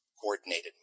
coordinated